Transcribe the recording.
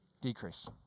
decrease